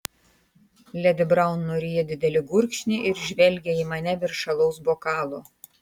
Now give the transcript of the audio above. ledi braun nuryja didelį gurkšnį ir žvelgia į mane virš alaus bokalo